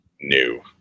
new